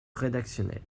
rédactionnel